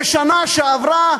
שבשנה שעברה,